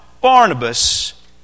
Barnabas